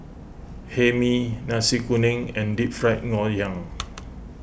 Hae Mee Nasi Kuning and Deep Fried Ngoh Hiang